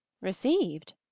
received